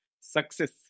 Success